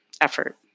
effort